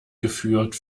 geführt